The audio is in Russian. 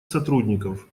сотрудников